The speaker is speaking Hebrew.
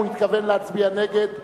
הוא התכוון להצביע נגד,